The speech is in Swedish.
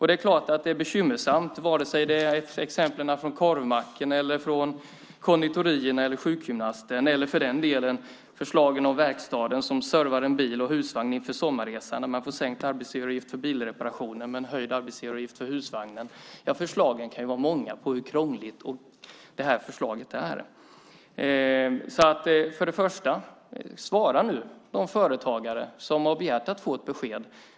Det är bekymmersamt vare sig det är exemplen om korvmacken, konditorierna, sjukgymnasten eller för den delen verkstaden som servar en bil och husvagn inför sommarresan som får sänkt arbetsgivaravgift för bilreparationen men höjd avgift för husvagnen. Exemplen kan vara många på hur krångligt förslaget är. Svara nu de företagare som har begärt att få ett besked.